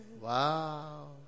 wow